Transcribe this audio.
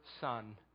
Son